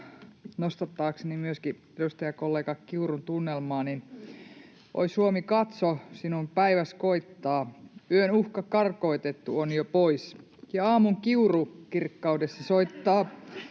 nostattaakseni myöskin edustajakollega Kiurun tunnelmaa: ”Oi Suomi, katso, sinun päiväs koittaa. Yön uhka karkoitettu on jo pois, ja aamun kiuru kirkkaudessa soittaa